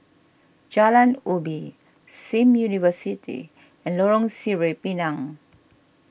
Jalan Ubi Sim University and Lorong Sireh Pinang